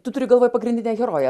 tu turi galvoj pagrindinę heroję